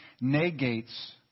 negates